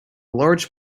large